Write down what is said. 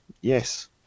yes